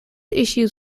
issues